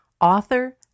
author